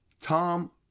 Tom